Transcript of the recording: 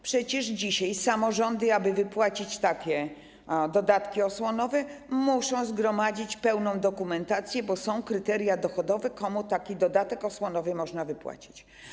Przecież dzisiaj samorządy, aby wypłacić takie dodatki osłonowe, muszą zgromadzić pełną dokumentację, bo są kryteria dochodowe, komu taki dodatek osłonowy można wypłacić.